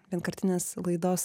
vienkartinės laidos